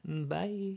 Bye